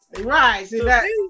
Right